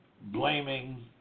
blaming